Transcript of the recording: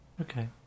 Okay